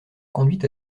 conduite